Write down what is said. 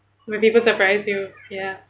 when people surprise you ya